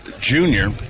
junior